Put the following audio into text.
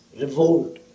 Revolt